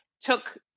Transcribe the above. took